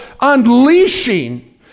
unleashing